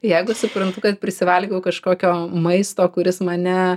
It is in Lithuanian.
jeigu suprantu kad prisivalgiau kažkokio maisto kuris mane